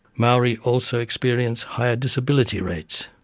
maori also experience higher disability rates.